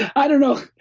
i don't know,